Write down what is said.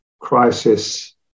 crisis